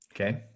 Okay